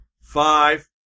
five